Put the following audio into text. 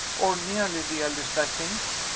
or nearly the eldest, i think?